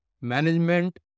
Management